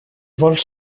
vols